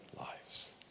lives